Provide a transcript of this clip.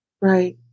Right